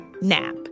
NAP